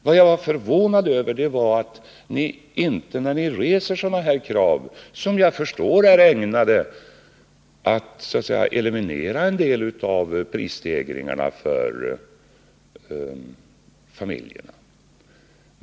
Vad jag var förvånad över var inte att ni reser sådana krav, som är ägnade att eliminera en del av prisstegringarna för familjerna.